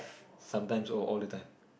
sometimes or all the time